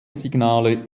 signale